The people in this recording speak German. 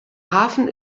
hafen